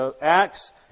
Acts